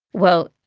well,